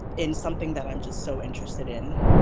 in something that i'm just so interested in.